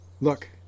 Look